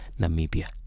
Namibia